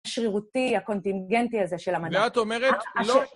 השרירותי הקונטינגנטי הזה של המדע. ואת אומרת לא...